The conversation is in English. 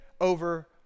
over